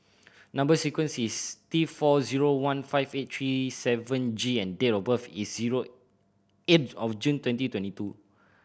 number sequence is T four zero one five eight three seven G and date of birth is zero eight of June twenty twenty two